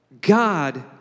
God